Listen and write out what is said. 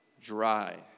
dry